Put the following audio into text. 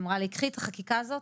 והיא אמרה לי: "קחי את החקיקה הזאת